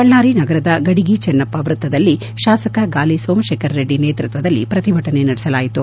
ಬಳ್ಳಾರಿ ನಗರದ ಗಡಿಗಿ ಚೆನ್ನಪ್ಪ ವೃತ್ತದಲ್ಲಿ ಶಾಸಕ ಗಾಲಿ ಸೋಮಶೇಖರ ರೆಡ್ಡಿ ನೇತ್ರತ್ವದಲ್ಲಿ ಪ್ರತಿಭಟನೆ ನಡೆಸಲಾಯಿತು